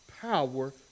power